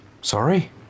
Sorry